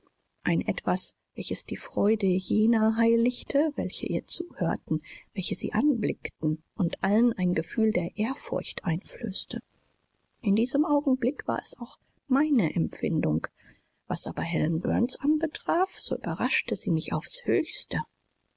ein etwas welches die freude jener heiligte welche ihr zuhörten welche sie anblickten und allen ein gefühl der ehrfurcht einflößte in diesem augenblick war es auch meine empfindung was aber helen burns anbetraf so überraschte sie mich aufs höchste